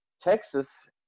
Texas